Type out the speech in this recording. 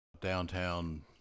downtown